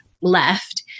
left